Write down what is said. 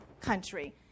country